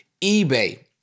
eBay